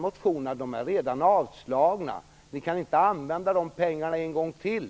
Motionerna är ju redan avslagna av riksdagen, så ni kan inte använda de pengarna en gång till.